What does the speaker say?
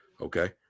okay